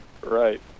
Right